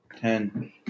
Ten